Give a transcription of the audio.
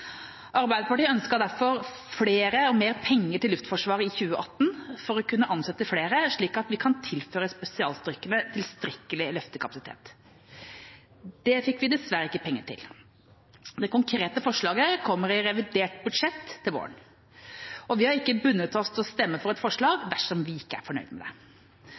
mer penger til Luftforsvaret i 2018 for å kunne ansette flere, slik at vi kan tilføre spesialstyrkene tilstrekkelig løftekapasitet. Det fikk vi dessverre ikke penger til. Det konkrete forslaget kommer i revidert budsjett til våren, og vi har ikke bundet oss til å stemme for et forslag dersom vi ikke er fornøyd med det.